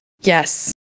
Yes